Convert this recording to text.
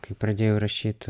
kai pradėjau rašyt